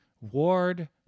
Ward